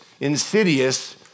insidious